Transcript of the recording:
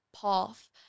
path